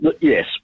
yes